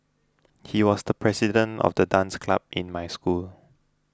he was the president of the dance club in my school